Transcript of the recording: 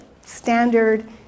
standard